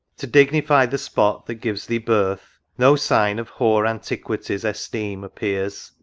to dignify the spot that gives thee birth, no sign of hoar antiquity's esteem appears,